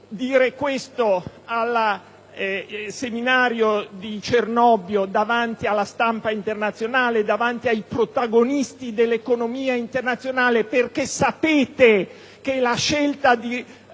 dire questo al seminario di Cernobbio, davanti alla stampa internazionale e ai protagonisti dell'economia globale, perché sapeva che la scelta di